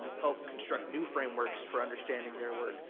help construct new frameworks for understanding their work.